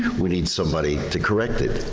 we need somebody to correct it.